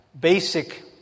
basic